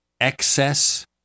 excess